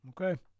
Okay